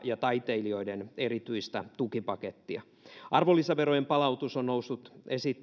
ja taiteilijoiden erityistä tukipakettia arvonlisäverojen palautus on noussut